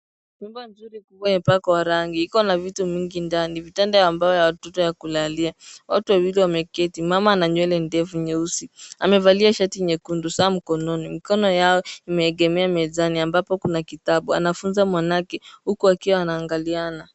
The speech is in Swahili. Nyumba nzuri kubwa imepakwa rangi iko na vitu mingi ndani vitanda ya mbao ya watoto ya kulalia watu wawili wameketi mama ana nywele ndefu nyeusi amevalia shati nyekundu saa mkononi mkono yao imeegemea mezani ambapo kuna kitabu anafunza mwanake huku wakiwa wanaangaliana